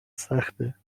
سخته